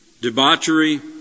debauchery